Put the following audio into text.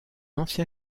ancien